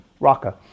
Raqqa